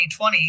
2020